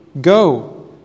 Go